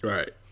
Right